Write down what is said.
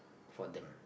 for them